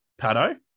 Pado